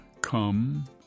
come